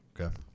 Okay